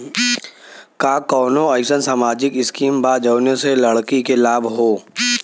का कौनौ अईसन सामाजिक स्किम बा जौने से लड़की के लाभ हो?